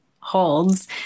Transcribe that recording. holds